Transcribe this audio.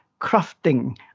crafting